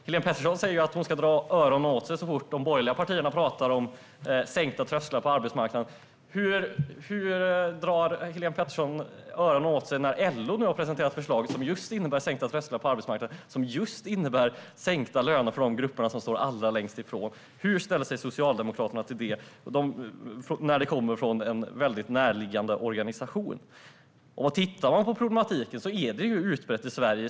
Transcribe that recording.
Helén Pettersson säger att hon ska dra öronen åt sig så fort de borgerliga partierna talar om sänkta trösklar på arbetsmarknaden. Hur drar Helén Pettersson öronen åt sig när LO nu har presenterat förslag som just innebär sänkta trösklar på arbetsmarknaden och sänkta löner för de grupper som står allra längst ifrån? Hur ställer sig Socialdemokraterna till det när det kommer från en väldigt närliggande organisation? Tittar man på problematiken är det utbrett i Sverige.